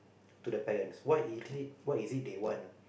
to the parents what is it what is it they want